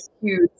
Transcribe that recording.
huge